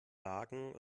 wagen